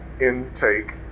intake